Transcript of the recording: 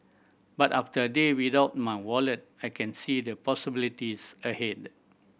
but after a day without my wallet I can see the possibilities ahead